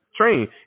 train